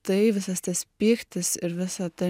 tai visas tas pyktis ir visa ta